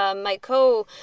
um my co,